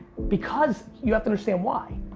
because, you have to understand why.